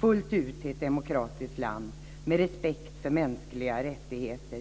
fullt ut till ett demokratiskt land med respekt för mänskliga rättigheter.